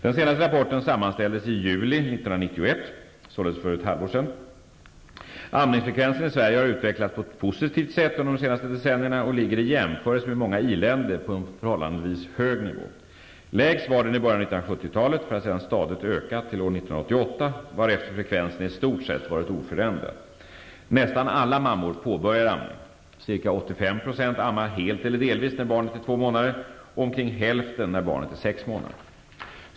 Den senaste rapporten sammanställdes i juli 1991, således för ett halvår sedan. Amningsfrekvensen i Sverige har utvecklats på ett positivt sätt under de senaste decennierna och ligger i jämförelse med många iländer på en förhållandevis hög nivå. Lägst var den i början av 1970-talet för att sedan stadigt öka till år 1988, varefter frekvensen i stort sett varit oförändrad. Nästan alla mammor påbörjar amning. Ca 85 % ammar helt eller delvis när barnet är två månader och omkring hälften när barnet är sex månader.